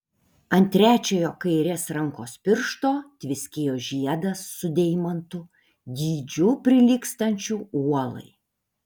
ant trečiojo kairės rankos piršto tviskėjo žiedas su deimantu dydžiu prilygstančiu uolai